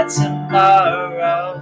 tomorrow